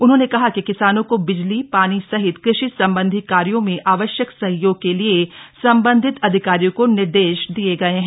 उन्होंने कहा कि किसानों को बिजली पानी सहित कृषि सम्बन्धी कार्यो में आवश्यक सहयोग के लिये सम्बन्धित अधिकारियों को निर्देश दिये गये हैं